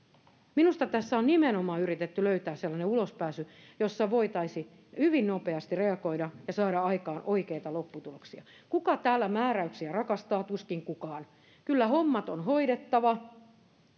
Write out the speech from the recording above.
minusta tässä on nimenomaan yritetty löytää sellainen ulospääsy jossa voitaisiin hyvin nopeasti reagoida ja saada aikaan oikeita lopputuloksia kuka täällä määräyksiä rakastaa tuskin kukaan kyllä hommat on hoidettava